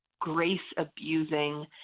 grace-abusing